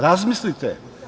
Razmilite.